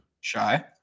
Shy